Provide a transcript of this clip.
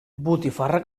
botifarra